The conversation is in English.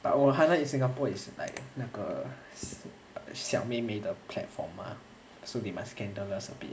but 我 highlight in singapore is like 那个小妹妹的 platform mah so they must scandalous a bit